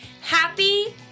Happy